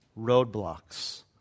roadblocks